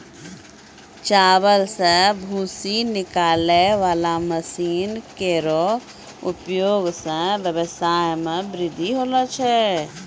चावल सें भूसी निकालै वाला मसीन केरो उपयोग सें ब्यबसाय म बृद्धि होलो छै